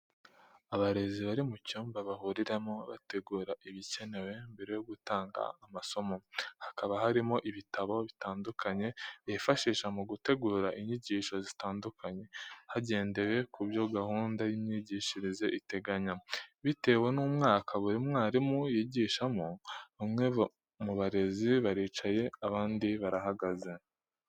Abarezi bari mu cyumba bahuriramo bategura ibikenewe mbere yo gutanga amasomo, hakaba harimo ibitabo bitandukanye bifashisha mu gutegura inyigisho zitandukanye hagendewe ku byo gahunda y'imyigishirize iteganya bitewe n'umwaka buri mwarimu yigishamo, bamwe mu barezi baricaye abandi barahagaze.